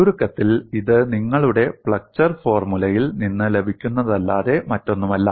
ചുരുക്കത്തിൽ ഇത് നിങ്ങളുടെ ഫ്ലെക്ചർ ഫോർമുലയിൽ നിന്ന് ലഭിക്കുന്നതല്ലാതെ മറ്റൊന്നുമല്ല